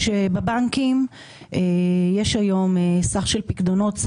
שבבנקים יש היום סך של פקדונות,